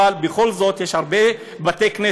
אבל בכל זאת, יש הרבה בתי-כנסת.